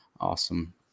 Awesome